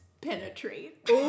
penetrate